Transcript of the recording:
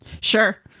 Sure